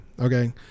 okay